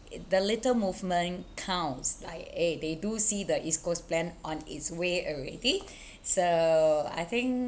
it the little movement counts like eh they do see the east coast plan on its way already so I think